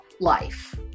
life